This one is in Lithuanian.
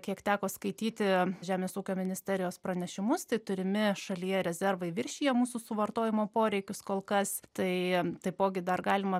kiek teko skaityti žemės ūkio ministerijos pranešimus tai turimi šalyje rezervai viršija mūsų suvartojimo poreikius kol kas tai taipogi dar galima